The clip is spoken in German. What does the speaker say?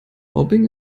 mobbing